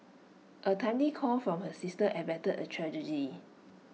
A timely call from her sister averted A tragedy